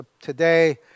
today